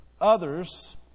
Others